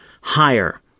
higher